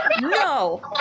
No